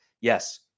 yes